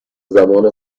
زمان